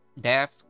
death